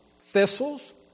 thistles